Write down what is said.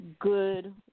good